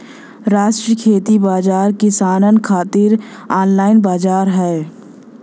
राष्ट्रीय खेती बाजार किसानन खातिर ऑनलाइन बजार हौ